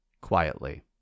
quietly